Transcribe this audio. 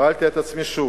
שאלתי את עצמי שוב: